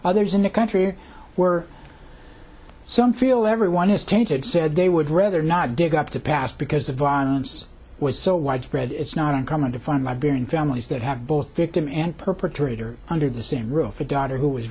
others in the country were so i'm feel everyone is tainted said they would rather not dig up the past because the violence was so widespread it's not uncommon to find my burying families that have both victim and perpetrator under the same roof a daughter who was